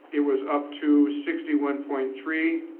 it was up to sixty one point three,